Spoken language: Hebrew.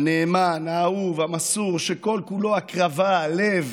הנאמן, האהוב, המסור, שכל-כולו הקרבה, לב,